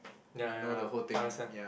ya ya understand